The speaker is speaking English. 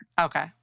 Okay